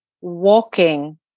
Walking